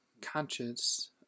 conscious